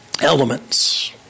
Elements